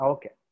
Okay